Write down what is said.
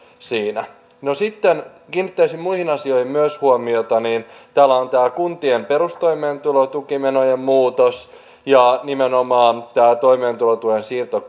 siinä no sitten kiinnittäisin muihin asioihin myös huomiota täällä on tämä kuntien perustoimeentulotukimenojen muutos ja nimenomaan tämä toimeentulotuen siirto